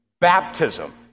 baptism